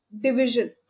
division